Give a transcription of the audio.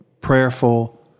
prayerful